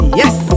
yes